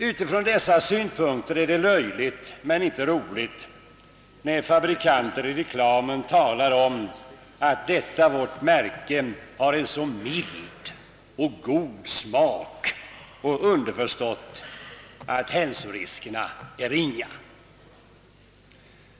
Utifrån dessa synpunkter är det löjligt men inte roligt när fabrikanter i reklamen talar om att »detta vårt märke har en så mild och god smak» — underförstått att hälsoriskerna är ringa.